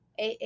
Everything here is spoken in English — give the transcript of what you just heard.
AA